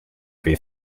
free